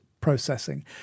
processing